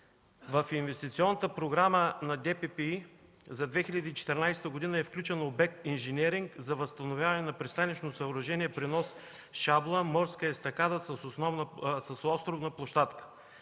в инвестиционната програма на ДППИ за 2014 г. е включен обект „Инженеринг за възстановяване на пристанищно съоръжение при нос Шабла – морска естакада с островна площадка”.